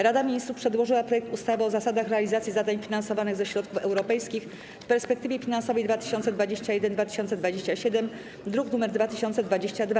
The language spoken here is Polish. Rada Ministrów przedłożyła projekt ustawy o zasadach realizacji zadań finansowanych ze środków europejskich w perspektywie finansowej 2021-2027, druk nr 2022.